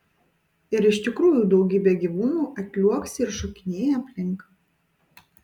ir iš tikrųjų daugybė gyvūnų atliuoksi ir šokinėja aplink